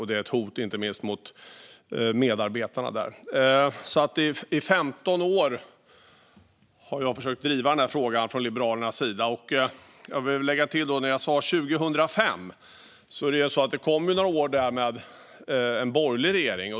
Det är ett hot inte minst mot medarbetarna där. I 15 år har jag alltså försökt driva den här frågan från Liberalernas sida. Jag vill lägga till, när det gäller att jag sa att jag började med detta 2005, att det var några år med en borgerlig regering.